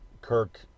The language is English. Kirk